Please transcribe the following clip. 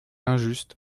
injuste